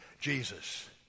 Jesus